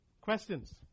Questions